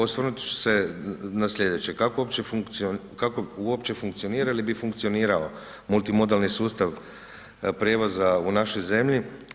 Osvrnut ću se na slijedeće, kao uopće funkcionira ili bi funkcionirao multimodalni sustav prijevoza u našoj zemlji.